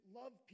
love